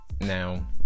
now